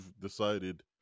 decided